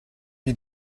you